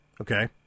Okay